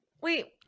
Wait